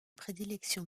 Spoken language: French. prédilection